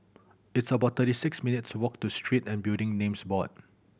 it's about thirty six minutes' walk to Street and Building Names Board